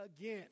again